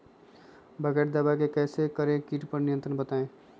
बगैर दवा के कैसे करें कीट पर नियंत्रण बताइए?